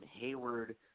Hayward